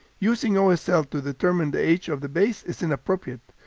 using osl ah so to determine the age of the bays is inappropriate,